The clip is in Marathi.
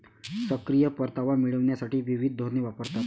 सक्रिय परतावा मिळविण्यासाठी विविध धोरणे वापरतात